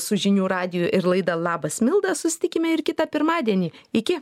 su žinių radiju ir laida labas milda susitikime ir kitą pirmadienį iki